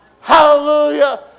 Hallelujah